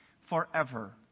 forever